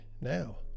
now